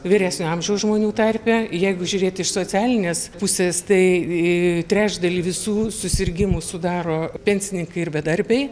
vyresnio amžiaus žmonių tarpe jeigu žiūrėti iš socialinės pusės tai trečdalį visų susirgimų sudaro pensininkai ir bedarbiai